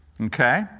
Okay